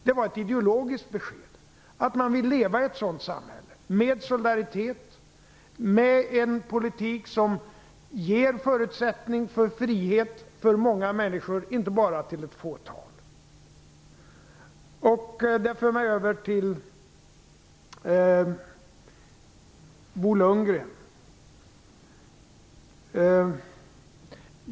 Det var ett ideologiskt besked att man vill leva i ett sådant samhälle med solidaritet, med en politik som ger förutsättning för frihet för många människor, inte bara för ett fåtal. Detta för mig över till Bo Lundgren.